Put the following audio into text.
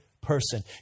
person